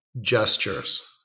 gestures